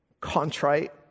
contrite